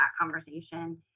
conversation